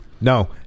No